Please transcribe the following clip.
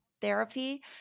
therapy